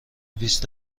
بیست